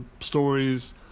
stories